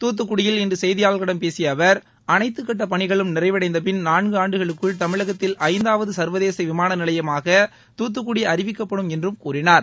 தூத்துக்குடியில் இன்று செய்தியாளர்களிடம் பேசிய அவர் அளைத்து கட்ட பணிகளும் நிறைவடைந்தபின் நான்கு ஆண்டுகளுக்குள் தமிழகத்தில் ஐந்தாவது சர்வதேச விமான நிலையமாக துத்துக்குடி அறிவிக்கப்படும் என்றும் கூறினார்